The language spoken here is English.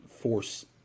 force